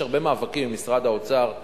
יש הרבה מאבקים עם משרד האוצר.